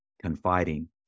Confiding